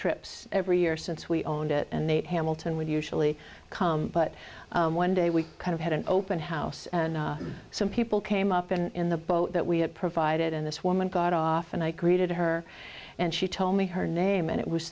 trips every year since we owned it and eight hamilton would usually come but one day we kind of had an open house and some people came up in the boat that we had provided and this woman got off and i greeted her and she told me her name and it was